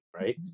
right